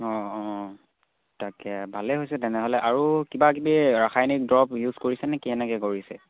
অঁ অঁ তাকে ভালেই হৈছে তেনেহ'লে আৰু কিবা কিবি ৰাসায়নিক দৰৱ ইউজ কৰিছে নেকি কেনেকৈ কৰিছে